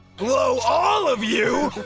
blow all of you.